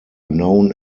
known